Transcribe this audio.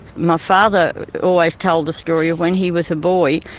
my father always told the story of when he was a boy,